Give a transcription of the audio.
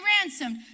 ransomed